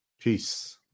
peace